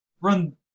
run